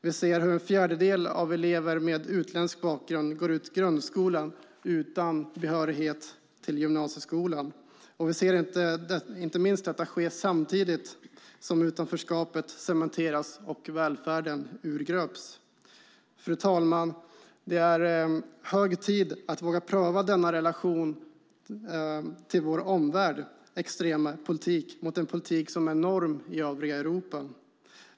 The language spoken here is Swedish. Vi ser hur en fjärdedel av eleverna med utländsk bakgrund går ut grundskolan utan behörighet till gymnasieskolan. Vi ser inte minst detta ske samtidigt som utanförskapet cementeras och välfärden urgröps. Fru talman! Det är hög tid att våga pröva denna i relation till vår omvärld extrema politik mot den politik som är norm i övriga Europa.